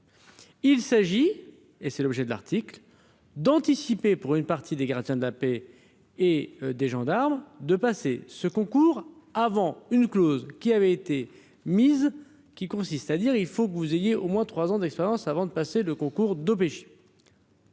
Il s'agit et c'est l'objet de l'article d'anticiper pour une partie des gardiens de la paix et des gendarmes de passer ce concours avant une clause qui avait été mise qui consiste à dire : il faut que vous ayez au moins 3 ans d'expérience avant de passer le concours